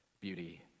beauty